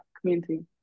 community